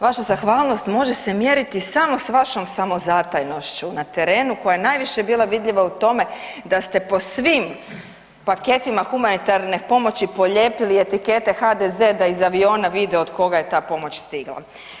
Vaša zahvalnost može se mjeriti samo s vašom samozatajnošću na terenu koja je najviše bila vidljiva u tome da ste po svim paketima humanitarne pomoći polijepili etikete HDZ da iz aviona vide od koga je ta pomoć stigla.